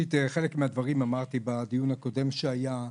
מהדברים אמרתי בדיון הקודם שהיה,